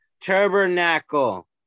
Tabernacle